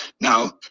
Now